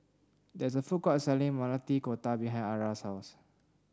there is a food court selling Maili Kofta behind Arra's house